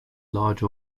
large